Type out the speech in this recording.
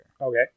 Okay